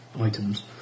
items